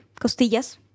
Costillas